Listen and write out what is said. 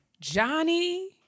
Johnny